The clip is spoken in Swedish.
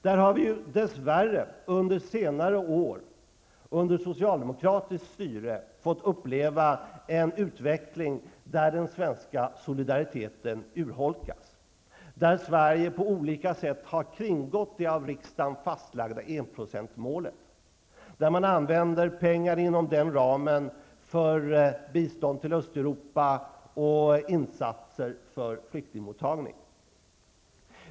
Dess värre har vi under senare år, under socialdemokratiskt styre, fått uppleva en utveckling där den svenska solidariteten urholkas, där Sverige på olika sätt har kringgått det av riksdagen fastlagda enprocentsmålet, där man använder pengar inom den ramen för bistånd till Östeuropa och insatser för flyktingmottagning.